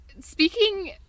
Speaking